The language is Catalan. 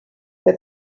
que